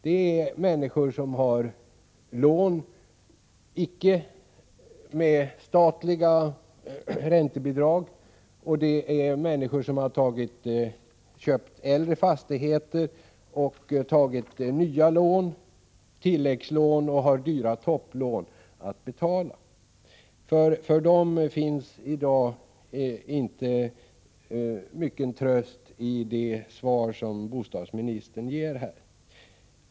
Det är människor som har lån för vilka det icke lämnas statliga räntebidag, och det är människor som har köpt äldre fastigheter och tagit nya lån, tilläggslån, och har dyra topplån att betala. För dem finns i dag inte mycken tröst i det svar som bostadsministern ger.